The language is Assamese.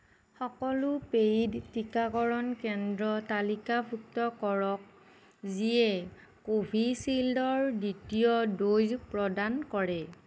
সকলো পেইড টিকাকৰণ কেন্দ্ৰ তালিকাভুক্ত কৰক যিয়ে কোভি চিল্ডৰ দ্বিতীয় ড'জ প্ৰদান কৰে